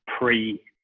pre